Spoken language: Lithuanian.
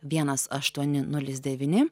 vienas aštuoni nulis devyni